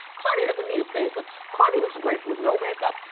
cardi doesn't need a face lift. cardi looks great with no make-up.